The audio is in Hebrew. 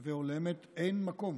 כמובן והולמת, אין מקום